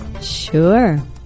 Sure